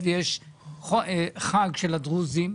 היות ויש חג של הדרוזים,